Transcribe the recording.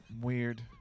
weird